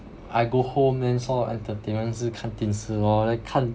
I go home then saw entertainment 是看电视 lor like 看